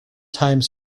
time